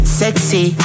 sexy